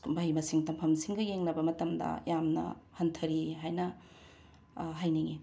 ꯃꯍꯩ ꯃꯁꯤꯡ ꯇꯝꯐꯝꯁꯤꯡꯒ ꯌꯦꯡꯅꯕ ꯃꯇꯝꯗ ꯌꯥꯝꯅ ꯍꯟꯊꯔꯤ ꯍꯥꯏꯅ ꯍꯥꯏꯅꯤꯡꯏ